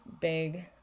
big